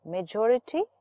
Majority